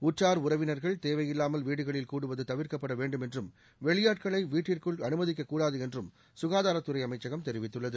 உற்றார் உறவினா்கள் தேவையில்லாமல் வீடுகளில் கூடுவதுதவிா்க்கப்படவேண்டும் என்றும் வெளியாட்களைவீட்டிற்குள் அனுமதிக்கக்கூடாதுஎன்றும் சுகாதாரத்துறைஅமைச்சகம் தெரிவித்துள்ளது